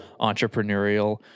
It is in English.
entrepreneurial